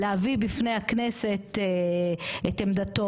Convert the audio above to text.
להביא בפני הכנסת את עמדתו,